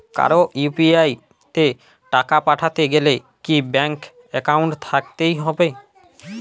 কারো ইউ.পি.আই তে টাকা পাঠাতে গেলে কি ব্যাংক একাউন্ট থাকতেই হবে?